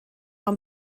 ond